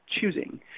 choosing